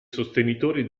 sostenitori